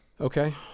Okay